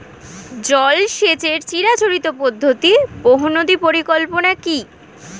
জল সেচের চিরাচরিত পদ্ধতি বহু নদী পরিকল্পনা কি?